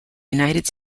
united